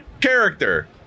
character